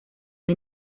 una